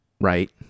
right